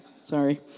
Sorry